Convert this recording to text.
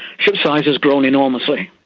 ship size has grown enormously,